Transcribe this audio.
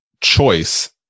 choice